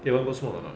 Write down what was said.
eh want go smoke or not